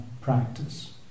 practice